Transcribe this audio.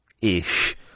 Ish